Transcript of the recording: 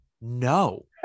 no